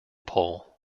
pole